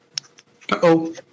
Uh-oh